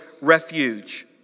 refuge